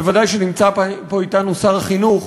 בוודאי כשנמצא אתנו פה שר החינוך,